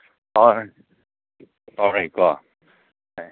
ꯍꯣꯏ ꯍꯣꯏ ꯄꯥꯎꯔꯩꯀꯣ ꯍꯣꯏ